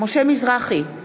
משה מזרחי,